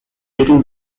during